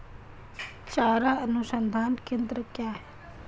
चारा अनुसंधान केंद्र कहाँ है?